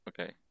Okay